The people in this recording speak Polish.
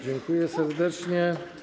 Dziękuję serdecznie.